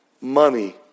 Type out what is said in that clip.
money